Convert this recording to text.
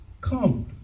come